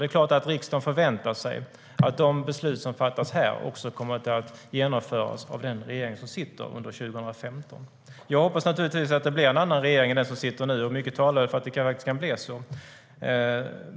Det är klart att riksdagen förväntar sig att de beslut som fattas här kommer att genomföras av den regering som sitter under 2015.Jag hoppas naturligtvis att det blir en annan regering än den som sitter nu, och mycket talar för att det kan bli så.